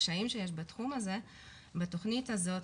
הקשיים שיש בתכנית הזאת,